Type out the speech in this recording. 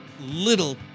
little